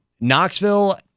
Knoxville